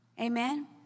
Amen